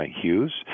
Hughes